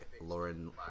Lauren